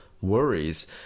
worries